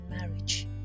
marriage